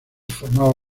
formaba